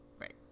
Right